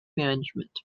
management